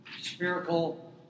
spherical